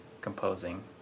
composing